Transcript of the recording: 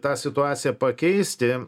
tą situaciją pakeisti